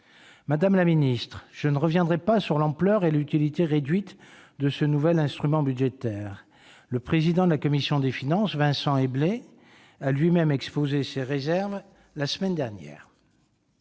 Madame la secrétaire d'État, je ne reviendrai pas sur l'ampleur et l'utilité réduites de ce nouvel instrument budgétaire. Le président de la commission des finances, Vincent Éblé, a lui-même, en la matière, exposé ses réserves la semaine dernière.